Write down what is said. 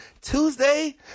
Tuesday